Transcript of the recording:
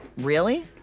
really?